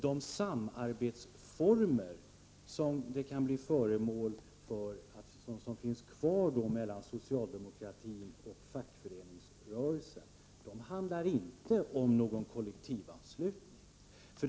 De samarbetsformer som finns kvar mellan socialdemokratin och fackföreningsrörelsen handlar inte om någon kollektivanslutning.